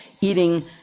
eating